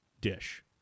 dish